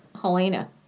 Helena